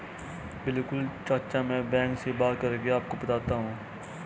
बिल्कुल चाचा में बैंक से बात करके आपको बताता हूं